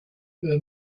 her